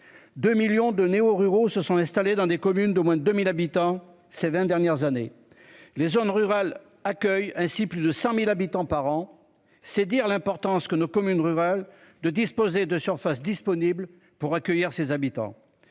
De millions de néo-ruraux se sont installées dans des communes de moins de 1000 habitants. Ces 20 dernières années, les zones rurales accueille ainsi plus de 100.000 habitants par an, c'est dire l'importance que nos communes rurales de disposer de surface disponible pour accueillir ses habitants